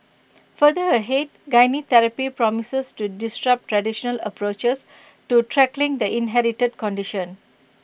further ahead gene therapy promises to disrupt traditional approaches to tackling the inherited condition